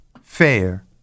fair